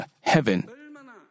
heaven